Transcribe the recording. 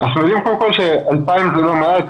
אנחנו יודעים ש-2,000 זה לא מעט,